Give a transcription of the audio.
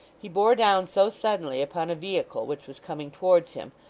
he bore down so suddenly upon a vehicle which was coming towards him,